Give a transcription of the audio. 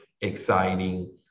exciting